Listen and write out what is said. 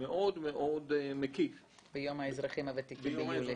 מאוד מאוד מקיף --- ביום האזרחים הוותיקים ביולי.